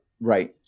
Right